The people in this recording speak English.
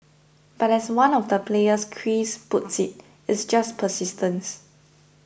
but as one of the players Chris puts it it's just persistence